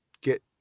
get